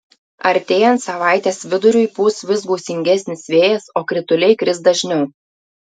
artėjant savaitės viduriui pūs vis gūsingesnis vėjas o krituliai kris dažniau